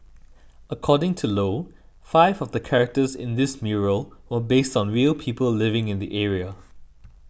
according to Low five of the characters in this mural were based on real people living in the area